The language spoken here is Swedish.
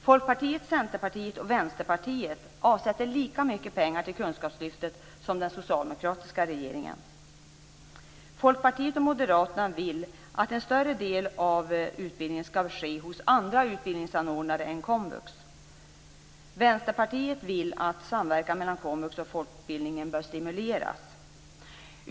Folkpartiet, Centerpartiet och Vänsterpartiet avsätter lika mycket pengar till kunskapslyftet som den socialdemokratiska regeringen. Folkpartiet och moderaterna vill att en större del av utbildningen skall ske hos andra utbildningsanordnare än komvux. Vänsterpartiet vill att samverkan mellan komvux och folkbildningen bör stimuleras.